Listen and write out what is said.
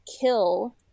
kill